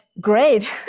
great